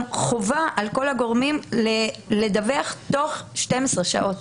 גם חובה על כל הגורמים לדווח תוך 12 שעות.